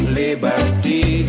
liberty